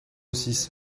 six